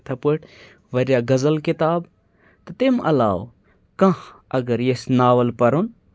یِتھٕے پٲٹھۍ واریاہ غزل کِتاب تہٕ تمہِ علاوٕ کانٛہہ اگر ییٚژھِ ناوَل پَرُن